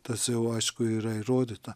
tas jau aišku yra įrodyta